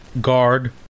guard